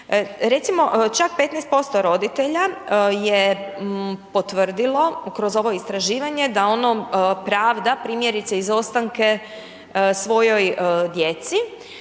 Recimo čak 15% roditelja je potvrdilo kroz ovo istraživanje da ono pravda primjerice izostanke svojoj djeci,